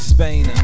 Spain